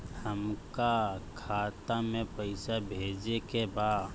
हमका खाता में पइसा भेजे के बा